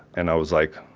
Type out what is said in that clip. and i was like,